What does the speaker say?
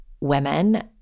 women